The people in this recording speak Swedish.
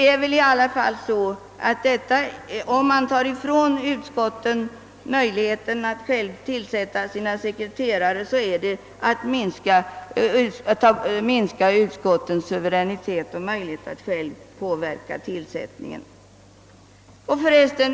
Om utskotten fråntages möjligheten att själva tillsätta sina sekreterare, minskas deras suveränitet och möjligheter att påverka tillsättningen.